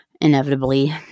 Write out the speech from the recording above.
inevitably